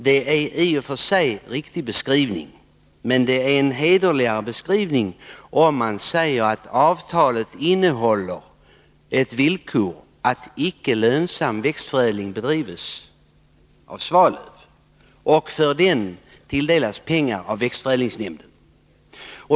Det är i och för sig en riktig beskrivning, men det vore en hederligare beskrivning om man sade att avtalet innehåller ett villkor om att icke lönsam växtförädling skall bedrivas av Svalöf och att Svalöf för denna tilldelas pengar av växtförädlingsnämnden.